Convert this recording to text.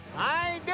i